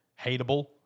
hateable